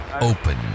open